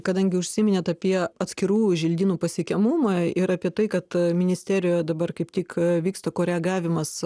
kadangi užsiminėt apie atskirų želdynų pasiekiamumą ir apie tai kad ministerijoje dabar kaip tik vyksta koregavimas